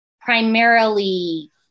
primarily